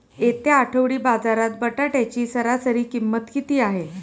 येत्या आठवडी बाजारात बटाट्याची सरासरी किंमत किती आहे?